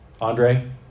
Andre